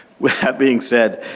with that being said,